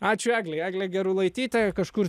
ačiū eglei egle gerulaitytė kažkur